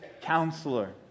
counselor